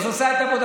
עוד מעט 24:00. לא,